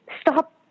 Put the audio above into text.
stop